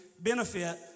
benefit